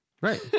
Right